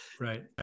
right